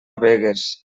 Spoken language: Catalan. begues